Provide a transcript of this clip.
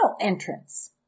entrance